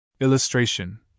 Illustration